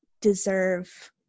deserve